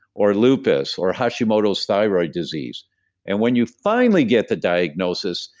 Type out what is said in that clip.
or lupus, or hashimoto's thyroid disease and when you finally get the diagnosis,